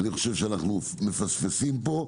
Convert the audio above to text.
אני חושב שאנו מפספסים פה.